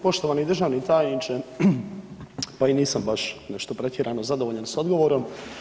Poštovani državni tajniče, pa i nisam baš nešto pretjerano zadovoljan s odgovorom.